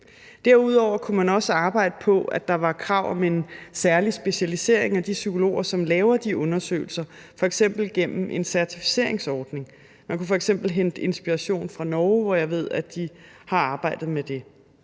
Derudover kunne man også arbejde på, at der var krav om en særlig specialisering af de psykologer, som laver de undersøgelser, f.eks. gennem en certificeringsordning. Man kunne f.eks. hente inspiration fra Norge, hvor jeg ved at de har arbejdet med det.